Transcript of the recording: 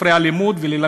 תוכנית הלימודים באזרחות,